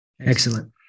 Excellent